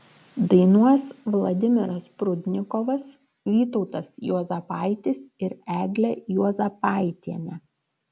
dainuos vladimiras prudnikovas vytautas juozapaitis ir eglė juozapaitienė